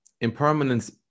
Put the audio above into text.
Impermanence